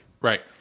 Right